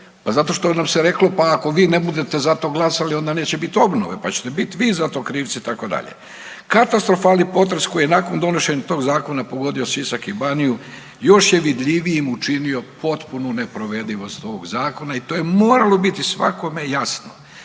zato što nam se reklo pa ako vi ne budete za to glasali onda neće biti obnove, pa ćete biti vi za to krivci itd. Katastrofalni potres koji je nakon donošenja toga zakona pogodio Sisak i Baniju još je vidljivijim učinio potpunu neprovedivost ovoga Zakona i to je moralo biti svakome jasno.